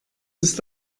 ist